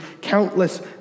countless